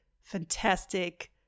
fantastic